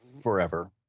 Forever